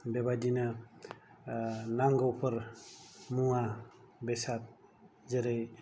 बेबायदिनो नांगौफोर मुवा बेसाद जेरै